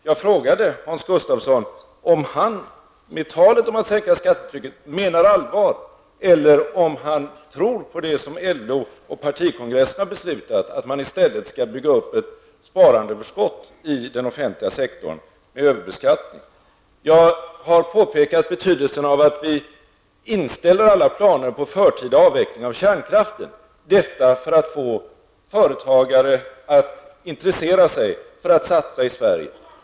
Jag frågade Hans Gustafsson om han menar allvar med talet om att sänka skattetrycket, eller om han tror på det som LO och partikongressen har beslutat -- att man i stället skall bygga upp ett sparandeöverskott i den offentliga sektorn, med överbeskattning. Jag har påpekat betydelsen av att vi inställer alla planer på förtida avveckling av kärnkraften, för att få företagare att intressera sig för att satsa i Sverige.